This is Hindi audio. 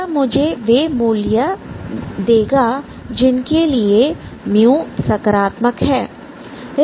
यह मुझे वे मूल्य देगा जिनके लिए सकारात्मक है